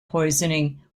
poisoning